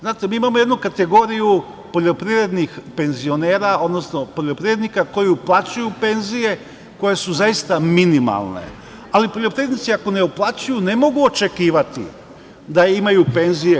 Znate, mi imamo jednu kategoriju poljoprivrednih penzionera, odnosno poljoprivrednika koji uplaćuju penzije koje su zaista minimalne, ali poljoprivrednici ako ne uplaćuju ne mogu očekivati da imaju penzije.